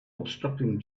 obstructing